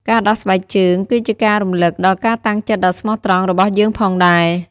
ការដោះស្បែកជើងក៏ជាការរំឭកដល់ការតាំងចិត្តដ៏ស្មោះត្រង់របស់យើងផងដែរ។